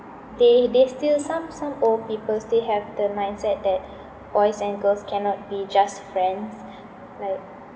they they still some some old people still have the mindset that boys and girls cannot be just friends like